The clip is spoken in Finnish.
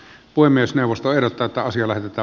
puhemiesneuvosto erottaa pääasiana että